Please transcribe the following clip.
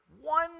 one